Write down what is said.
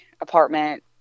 apartment